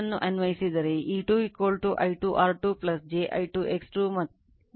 ಆದ್ದರಿಂದ ಅದು r E2 V2 I2 R2 j I2 X2